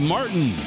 Martin